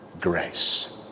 grace